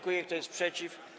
Kto jest przeciw?